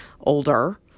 older